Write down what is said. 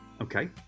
Okay